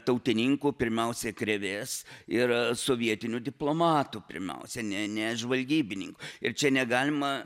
tautininkų pirmiausia krėvės ir sovietinių diplomatų pirmiausia ne ne žvalgybininkų ir čia negalima